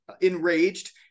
enraged